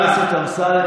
חבר הכנסת אמסלם,